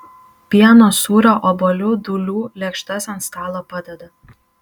pieno sūrio obuolių dūlių lėkštes ant stalo padeda